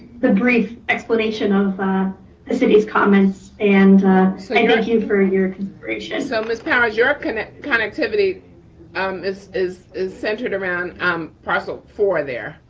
the brief explanation of the city's comments. and thank like you for ah your inspiration. so ms. powers, your kind of connectivity um is is centered around um parcel four there.